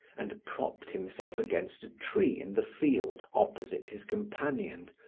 and propped himself against a tree in the field opposite his companion,